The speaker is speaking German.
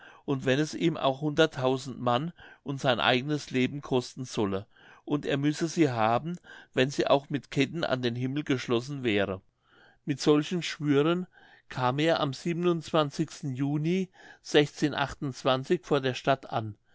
und wenn es ihm auch hunderttausend mann und sein eignes leben kosten solle und er müsse sie haben wenn sie auch mit ketten an den himmel geschlossen wäre mit solchen schwüren kam er am juni vor der stadt an